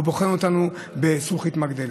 והוא בוחן אותנו בזכוכית מגדלת.